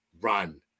run